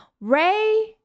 ray